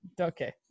Okay